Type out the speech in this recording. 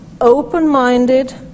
open-minded